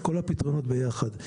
כל הפתרונות ביחד.